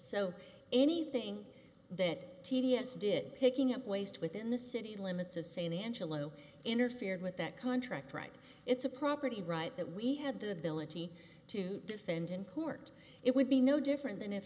so anything that t d s did picking up waste within the city limits of san angelo interfered with that contract right it's a property right that we had the ability to defend in court it would be no different than if